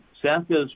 Santa's